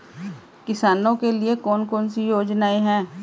किसानों के लिए कौन कौन सी योजनाएं हैं?